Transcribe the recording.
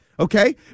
Okay